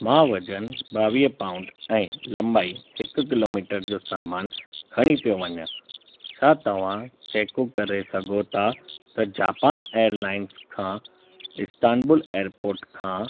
मां वजन ॿावीह पाऊंड ऐं लंबाई हिकु किलोमीटर जो सामान खणी पियो वञा छा तव्हां करे सघो था त जापान एअरलाइंस खां इस्तांबुल एरपोर्ट खां